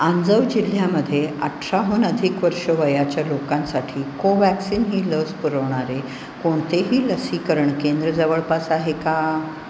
आंजव जिल्ह्यामध्ये अठराहून अधिक वर्ष वयाच्या लोकांसाठी कोव्हॅक्सिन ही लस पुरवणारे कोणतेही लसीकरण केंद्र जवळपास आहे का